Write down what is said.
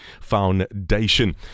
Foundation